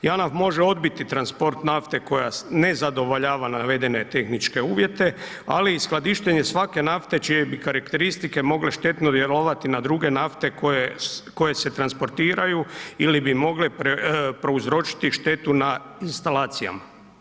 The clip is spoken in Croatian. Janaf može odbiti transport nafte koja ne zadovoljava navedene tehničke uvjete, ali i skladištenje svake nafte čije bi karakteristike mogle štetno vjerovati na druge nafte koje se transportiraju ili bi mogle prouzročiti štetu na instalacijama.